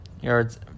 Yards